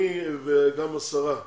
אני וגם השרה,